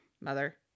mother